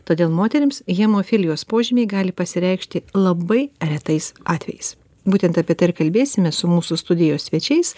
todėl moterims hemofilijos požymiai gali pasireikšti labai retais atvejais būtent apie tai ir kalbėsime su mūsų studijos svečiais